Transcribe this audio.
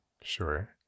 Sure